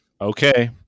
Okay